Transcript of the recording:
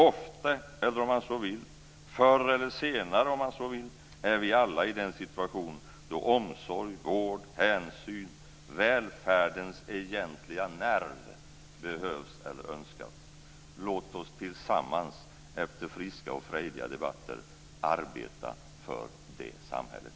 Ofta, eller om man så vill, förr eller senare är vi alla i den situation då omsorg, vård, hänsyn, välfärdens egentliga nerv, behövs eller önskas. Låt oss tillsammans - efter friska och frejdiga debatter - arbeta för det samhället.